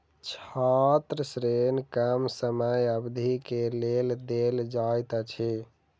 छात्र ऋण कम समय अवधि के लेल देल जाइत अछि